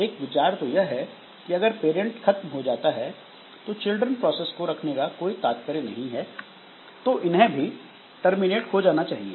एक विचार तो यह है कि अगर पेरेंट्स खत्म हो जाता है तो चिल्ड्रन प्रोसेस को रखने का कोई तात्पर्य नहीं है तो इन्हें भी टर्मिनेट हो जाना चाहिए